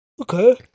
Okay